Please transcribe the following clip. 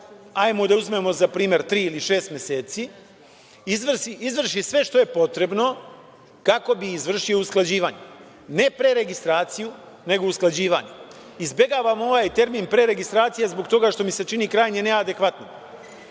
hajde da uzmemo za primer tri ili šest meseci, izvrši sve što je potrebno kako bi izvršio usklađivanje, ne preregistraciju, nego usklađivanje. Izbegavam ovaj termin preregistracija, zbog toga što mi se čini krajnje neadekvatan.Za